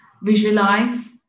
Visualize